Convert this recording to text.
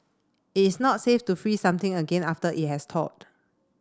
it's not safe to freeze something again after it has thawed